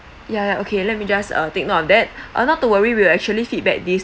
ya ya okay let me just uh take note of that uh not to worry we will actually feedback this